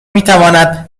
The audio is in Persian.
میتواند